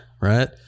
Right